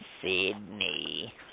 Sydney